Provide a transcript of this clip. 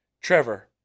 Trevor